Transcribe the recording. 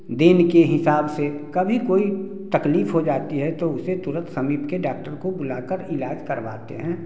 then के हिसाब से कभी कोई तकलीफ हो जाती है तो उसे तुरंत समीप के डॉक्टर को बुलाकर इलाज करवाते हैं